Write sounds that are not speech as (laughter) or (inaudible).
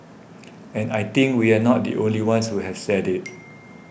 (noise) and I think we're not the only ones who have said it